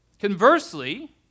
Conversely